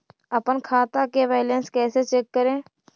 अपन खाता के बैलेंस कैसे चेक करे?